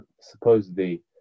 supposedly